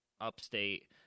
upstate